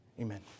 amen